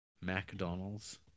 McDonald's